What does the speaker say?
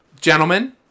gentlemen